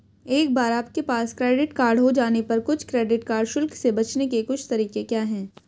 एक बार आपके पास क्रेडिट कार्ड हो जाने पर कुछ क्रेडिट कार्ड शुल्क से बचने के कुछ तरीके क्या हैं?